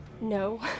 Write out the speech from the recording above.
No